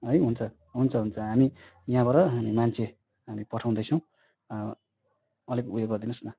है हुन्छ हुन्छ हुन्छ हामी यहाँबाट हामी मान्छे हामी पठाउँदैछौँ अलिक उयो गर्दिनोस् न